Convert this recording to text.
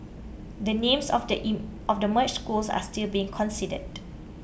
the names of the E of the merged schools are still being considered